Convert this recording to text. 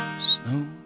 snow